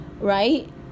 right